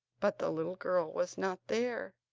but the little girl was not there,